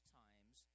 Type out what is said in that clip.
times